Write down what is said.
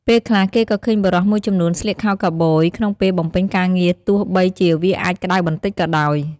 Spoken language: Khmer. ពេលខ្លះគេក៏ឃើញបុរសមួយចំនួនស្លៀកខោខូវប៊យក្នុងពេលបំពេញការងារទោះបីជាវាអាចក្តៅបន្តិចក៏ដោយ។